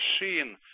machine